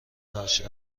عرشه